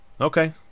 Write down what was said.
Okay